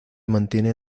mantiene